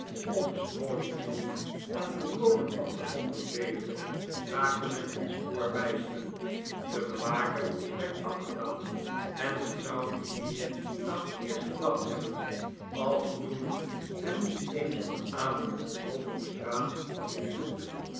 of snawley hield en volkomen afgezonderd leefde raakte men het spoor bijster de bewaker werd afgedankt en men zou niet meer aan squeers gedacht hebben als newman hem niet eens op een avond met ralph op straat had ontmoet